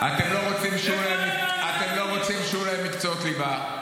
הזמן --- אתם לא רוצים שיהיו להם מקצועות ליבה,